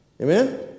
Amen